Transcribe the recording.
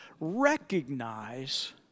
Recognize